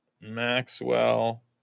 Maxwell